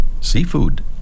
seafood